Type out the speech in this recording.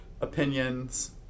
opinions